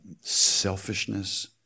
selfishness